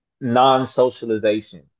non-socialization